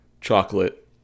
Chocolate